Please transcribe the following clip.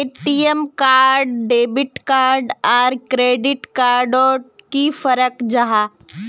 ATM card debit card आर credit card डोट की फरक जाहा?